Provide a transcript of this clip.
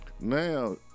Now-